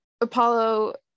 Apollo